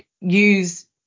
use